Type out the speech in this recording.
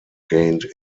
gained